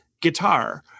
guitar